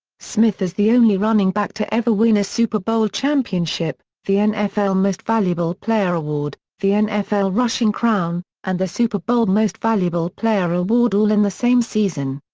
smith is the only running back to ever win a super bowl championship, the nfl most valuable player award, the nfl rushing crown, and the super bowl most valuable player award all in the same season.